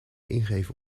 ingeven